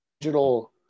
digital